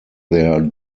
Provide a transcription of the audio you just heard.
their